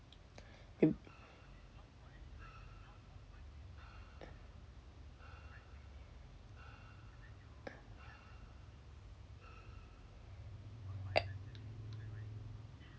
i~ eh